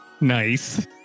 Nice